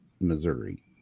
Missouri